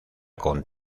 con